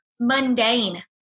Mundane